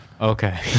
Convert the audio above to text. okay